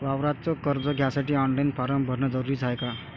वावराच कर्ज घ्यासाठी ऑनलाईन फारम भरन जरुरीच हाय का?